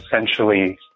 essentially